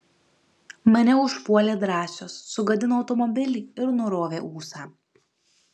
mane užpuolė drąsius sugadino automobilį ir nurovė ūsą